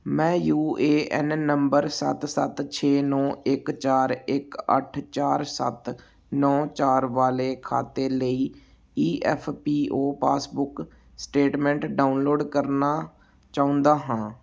ਮੈਂ U A N number ਸੱਤ ਸੱਤ ਛੇ ਨੌਂ ਇੱਕ ਚਾਰ ਇੱਕ ਅੱਠ ਚਾਰ ਸੱਤ ਨੌਂ ਚਾਰ ਵਾਲੇ ਖਾਤੇ ਲਈ E F P O passbook statement download ਕਰਨਾ ਚਾਹੁੰਦਾ ਹਾਂ